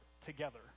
together